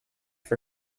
for